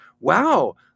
wow